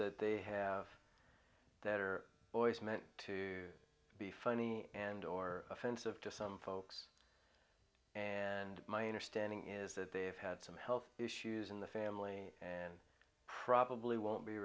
that they have that are always meant to be funny and or offensive to some folks and my understanding is that they have had some health issues in the family and probably won't be